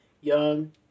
young